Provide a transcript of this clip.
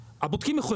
הבודקים יכולים לשלוח.